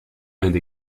and